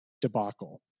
debacle